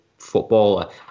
footballer